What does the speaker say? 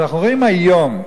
כשאנחנו רואים היום,